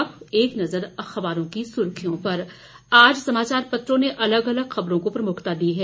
अब एक नज़र अखबारों की सुर्खियों पर आज समाचार पत्रों ने अलग अलग ख़बरों को प्रमुखता दी है